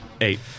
eight